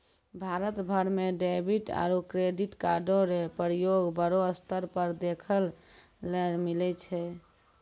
भारत भर म डेबिट आरू क्रेडिट कार्डो र प्रयोग बड़ो स्तर पर देखय ल मिलै छै